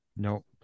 Nope